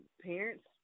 parents